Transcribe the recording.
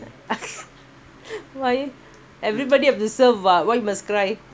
why everybody have to serve what why you must cry